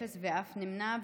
אפס ואין אף נמנע,